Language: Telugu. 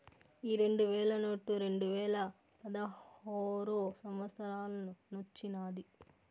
ఈ రెండు వేల నోటు రెండువేల పదహారో సంవత్సరానొచ్చినాది